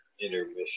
intermission